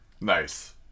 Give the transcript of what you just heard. Nice